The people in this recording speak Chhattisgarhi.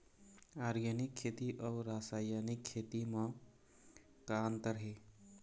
ऑर्गेनिक खेती अउ रासायनिक खेती म का अंतर हे?